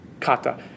kata